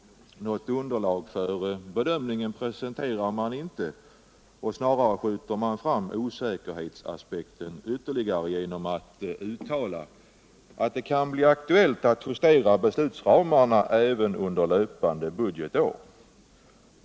Något underlag för bedömningen presenterar man inte. Snarare skjuter man fram osäkerhetsaspekten ytterligare genom att uttala att det kan bli aktuellt att justera beslutsramarna även under löpande budgetår.